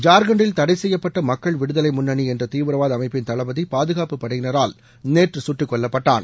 ஜார்கண்டில் தடை செய்யப்பட்ட மக்கள் விடுதலை முன்னணி என்ற தீவிரவாத அமைப்பின் தளபதி பாதுகாப்புப் படையினரால் நேற்று சுட்டுக்கொல்லப்பட்டான்